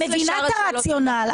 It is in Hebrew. אני מבינה את הרציונל,